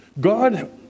God